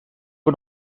que